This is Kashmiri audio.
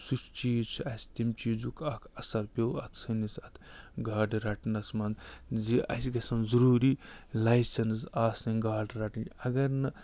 سُہ چیٖز چھِ اَسہِ تَمہِ چیٖزُک اَکھ اَثر پیوٚو اَتھ سٲنِس اَتھ گاڈٕ رَٹنَس منٛز زِ اَسہِ گژھَن ضٔروٗری لایسٮ۪نٕس آسٕنۍ گاڈٕ رَٹٕنۍ اگر نہٕ